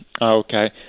Okay